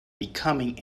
becoming